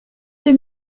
deux